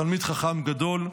תלמיד חכם גדול,